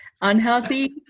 unhealthy